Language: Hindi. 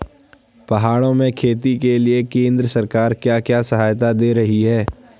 पहाड़ों में खेती के लिए केंद्र सरकार क्या क्या सहायता दें रही है?